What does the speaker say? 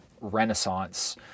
renaissance